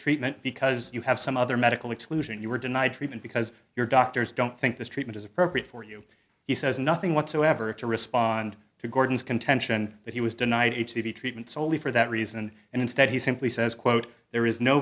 treatment because you have some other medical exclusion you were denied treatment because your doctors don't think this treatment is appropriate for you he says nothing whatsoever to respond to gordon's contention that he was denied h p v treatments only for that reason and instead he simply says quote there is no